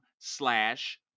Slash